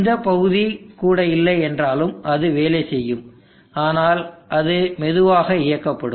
இந்த பகுதி கூட இல்லை என்றாலும் அது வேலை செய்யும் ஆனால் அது மெதுவாக இயக்கப்படும்